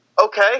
Okay